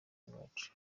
bwacu